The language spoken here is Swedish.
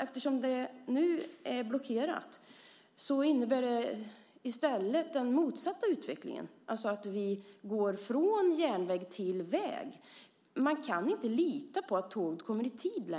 Eftersom detta nu är blockerat får vi i stället den motsatta utvecklingen, alltså att vi går från järnväg till väg. Man kan inte lita på att tåget kommer i tid